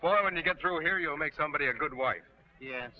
well when you get through here you'll make somebody a good wife ye